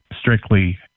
strictly